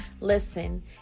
Listen